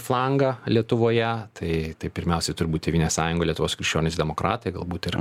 flangą lietuvoje tai tai pirmiausia turbūt tėvynės sąjunga lietuvos krikščionys demokratai galbūt ir